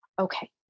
Okay